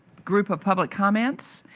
group of public comments,